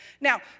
Now